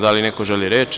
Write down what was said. Da li neko želi reč?